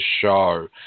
show